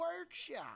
Workshop